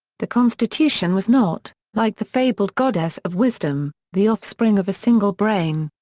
the constitution was not, like the fabled goddess of wisdom, the offspring of a single brain.